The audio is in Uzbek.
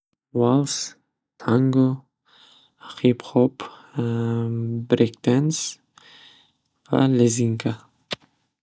Vals, tango, hiphop, brekdans va lezginka.